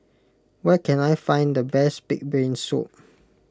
where can I find the best Pig's Brain Soup